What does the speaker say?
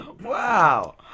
Wow